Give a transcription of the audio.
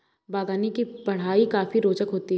बागवानी की पढ़ाई काफी रोचक होती है